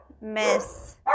miss